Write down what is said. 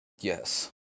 yes